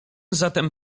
zatem